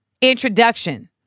introduction